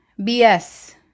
BS